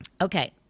okay